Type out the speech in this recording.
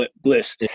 bliss